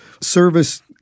service